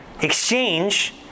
exchange